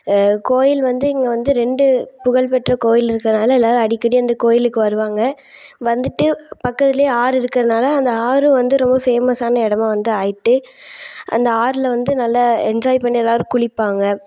கோயில் வந்து இங்கே வந்து ரெண்டு புகழ்பெற்ற கோயிலிருக்கிறனால எல்லாேரும் அடிக்கடி அந்த கோயிலுக்கு வருவாங்க வந்துட்டு பக்கத்துலேயே ஆறு இருக்கிறனால ஆறும் வந்து ரொம்ப ஃபேமஸ்ஸான இடமா வந்து ஆகிட்டு அந்த ஆறில் வந்து நல்லா என்ஜாய் பண்ணி எல்லாேரும் குளிப்பாங்க